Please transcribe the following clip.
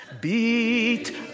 beat